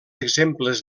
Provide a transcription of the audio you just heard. exemples